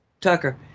Tucker